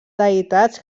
deïtats